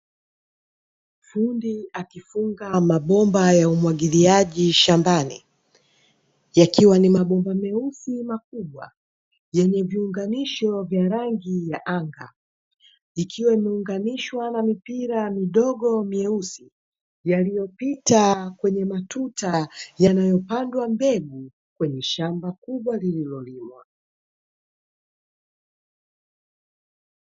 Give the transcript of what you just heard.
Fundi akifunga mabomba ya umwagiliaji shambani, yakiwa ni mabomba meusi makubwa yenye viunganisho vya rangi ya anga, ikiwa imeunganishwa na mipira midogo myeusi, yaliyopita kwenye matuta yanayopandwa mbegu kwenye shamba kubwa lililolimwa.